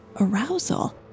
arousal